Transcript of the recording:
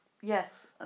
Yes